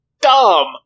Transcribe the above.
dumb